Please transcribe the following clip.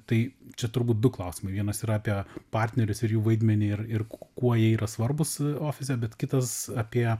tai čia turbūt du klausimai vienas yra apie partnerius ir jų vaidmenį ir ir kuo jie yra svarbūs ofise bet kitas apie